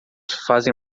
fazem